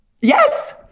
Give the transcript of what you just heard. Yes